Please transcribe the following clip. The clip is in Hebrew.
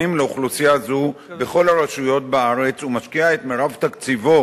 לאוכלוסייה זו בכל הרשויות בארץ ומשקיע את מירב תקציבו,